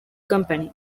company